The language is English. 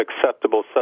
acceptable